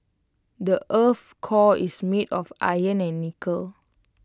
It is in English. the Earth's core is made of iron and nickel